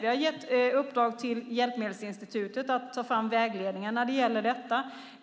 Vi har gett i uppdrag till Hjälpmedelsinstitutet att ta fram vägledningar om detta.